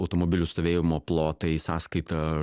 automobilių stovėjimo plotai sąskaita